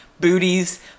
booties